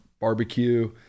barbecue